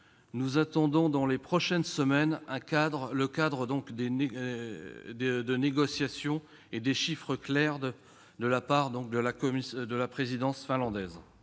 Nous attendons dans les prochaines semaines un cadre de négociations et des chiffres clairs de la part de la présidence finlandaise.